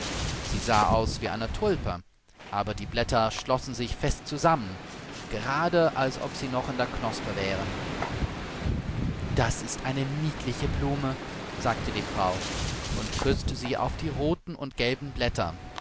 sie sah aus wie eine tulpe aber die blätter schlossen sich fest zusammen gerade als ob sie noch in der knospe wären das ist eine niedliche blume sagte die frau und küßte sie auf die roten und gelben blätter